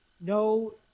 No